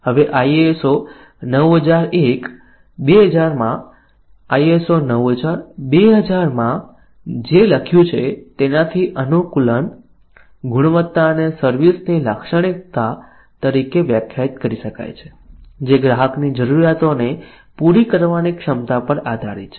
હવે ISO 9001 2000 માં ISO 9000 2000 માં જે લખ્યું છે તેનાથી અનુકૂલન ગુણવત્તાને સર્વિસ ની લાક્ષણિકતા તરીકે વ્યાખ્યાયિત કરી શકાય છે જે ગ્રાહકની જરૂરિયાતોને પૂરી કરવાની ક્ષમતા પર આધારિત છે